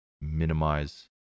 minimize